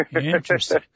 Interesting